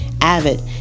AVID